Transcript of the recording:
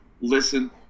listen